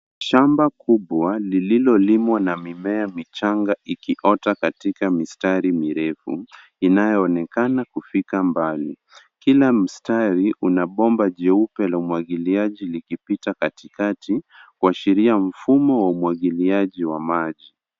Shamba kubwa lililolimwa na mimea michanga ikiota katika mistari mirefu, inayoonekana kufika mbali. Kila mstari una bomba jeupe la umwagiliaji likipita katikati, kuashiria mfumo wa umwagiliaji wa maji.